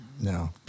No